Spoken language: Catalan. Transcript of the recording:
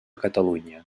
catalunya